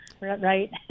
right